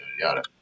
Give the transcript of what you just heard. yada